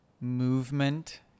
movement